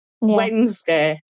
Wednesday